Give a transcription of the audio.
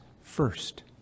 first